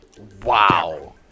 wow